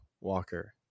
Walker